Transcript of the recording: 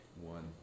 One